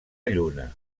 lluna